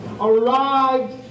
arrived